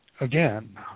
again